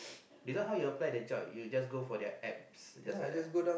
this one how you apply the job you just go for their apps just like that lah